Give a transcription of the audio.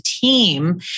team